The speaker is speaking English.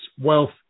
wealth